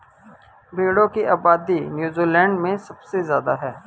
भेड़ों की आबादी नूज़ीलैण्ड में सबसे ज्यादा है